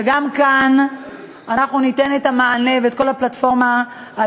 שגם כאן אנחנו ניתן את המענה ואת כל הפלטפורמה על